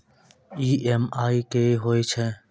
EMI कि होय छै?